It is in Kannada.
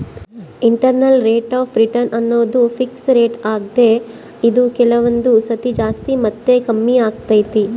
ಇಂಟರ್ನಲ್ ರತೆ ಅಫ್ ರಿಟರ್ನ್ ಅನ್ನೋದು ಪಿಕ್ಸ್ ರೇಟ್ ಆಗ್ದೆ ಇದು ಕೆಲವೊಂದು ಸತಿ ಜಾಸ್ತಿ ಮತ್ತೆ ಕಮ್ಮಿಆಗ್ತೈತೆ